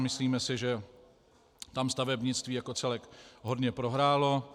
Myslíme si, že tam stavebnictví jako celek hodně prohrálo.